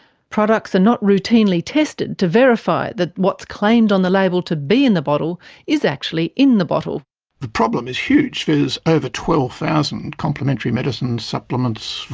products are not routinely tested to verify that what's claimed on the label to be in the bottle is actually in the bottle. the problem is huge. there is over twelve thousand complementary medicine supplements,